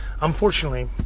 unfortunately